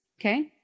Okay